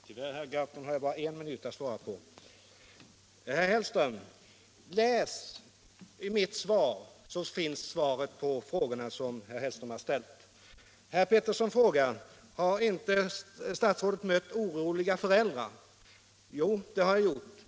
Herr talman! Tyvärr, herr Gahrton, har jag bara en minut på mig för att svara. Om herr Hellström läser mitt svar, så får han svar på de frågor han ställt. Herr Peterson i Nacka frågade om jag inte mött oroliga föräldrar. Jo, det har jag gjort.